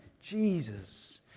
Jesus